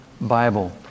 Bible